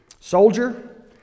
soldier